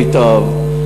מיטב,